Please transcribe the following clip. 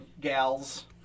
Gals